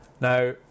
Now